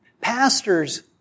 pastors